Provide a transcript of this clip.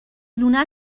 لونه